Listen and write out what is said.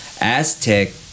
Aztec